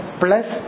plus